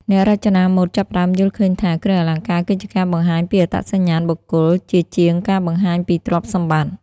អ្នករចនាម៉ូដចាប់ផ្ដើមយល់ឃើញថា គ្រឿងអលង្ការគឺជាការបង្ហាញពីអត្តសញ្ញាណបុគ្គល ជាជាងការបង្ហាញពីទ្រព្យសម្បត្តិ។